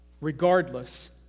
regardless